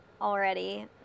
already